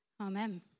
Amen